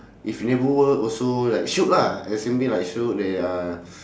if never work also like shiok lah assuming like should they uh